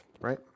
right